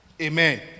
Amen